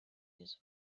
his